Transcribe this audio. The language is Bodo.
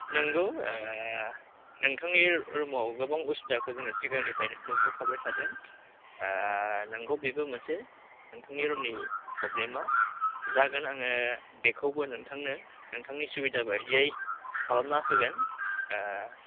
नोंगौ ओह नोंथांनि रुमाव गोबां उसुबिदाखौ जोङो सिगांनिफ्रायनो नुखाबाय थादों ओह नोंगौ बेबो मोनसे नोंथांनि रुमनि प्रब्लेमा जागोन आङो बेखौबो नोंथांनो नोंथांनि सुबिदा बायदियै खालामना होगोन ओह